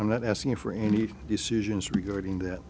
i'm not asking for any decisions regarding that